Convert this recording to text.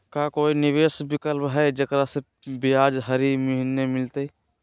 का कोई निवेस विकल्प हई, जेकरा में ब्याज हरी महीने मिलतई?